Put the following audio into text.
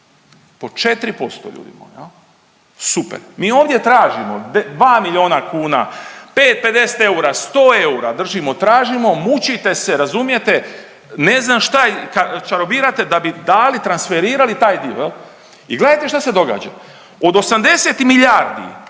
po 4% ljudi moji. Super. Mi ovdje tražimo dva miliona kuna, pet 50 eura, 100 eura držimo tražimo, mučite se razumijete, ne znam šta čarobirate da bi dali transferirali taj dio. I gledajte šta se događa od 80 miljardi